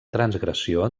transgressió